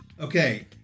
Okay